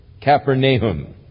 Capernaum